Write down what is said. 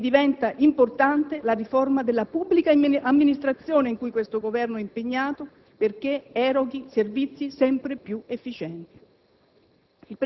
come diventa importante la riforma della pubblica amministrazione, in cui questo Governo è impegnato, perché essa eroghi servizi sempre più efficienti.